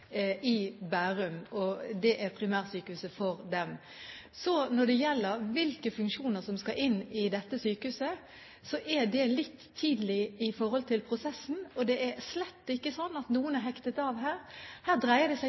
i Bærum – det er primærsykehuset for dem. Når det gjelder hvilke funksjoner som skal inn i dette sykehuset, er det litt tidlig i prosessen, og det er slett ikke sånn at noen er hektet av her. Her dreier det seg